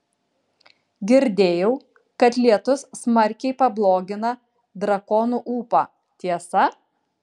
girdėjau kad lietus smarkiai pablogina drakonų ūpą tiesa